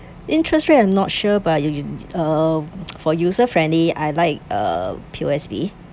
interest rate I'm not sure but uh for user friendly I like uh P_O_S_B